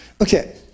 Okay